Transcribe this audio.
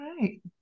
right